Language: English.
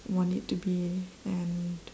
want it to be and